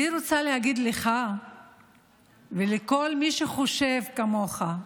אני רוצה להגיד לך ולכל מי שחושב כמוך: